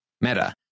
Meta